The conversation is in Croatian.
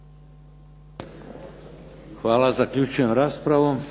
Hvala. Zaključujem raspravu.